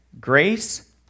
Grace